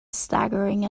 staggering